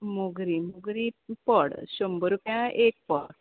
मोगरीं मोगरीं पड शंबर रुपया एक पड